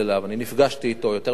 נפגשתי אתו יותר מפעם אחת,